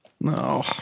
No